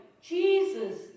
Jesus